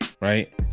right